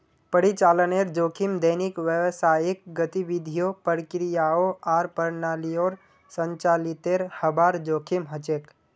परिचालनेर जोखिम दैनिक व्यावसायिक गतिविधियों, प्रक्रियाओं आर प्रणालियोंर संचालीतेर हबार जोखिम छेक